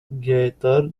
gather